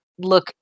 look